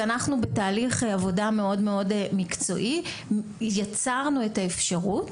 ואנחנו בתהליך עבודה מאוד מאוד מקצועי יצרנו את האפשרות,